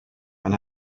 and